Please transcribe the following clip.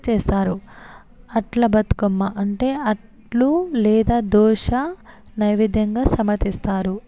చేస్తారు అట్ల బతుకమ్మ అంటే అట్లు లేదా దోశ నైవేద్యంగా సమర్పిస్తారు